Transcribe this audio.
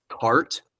cart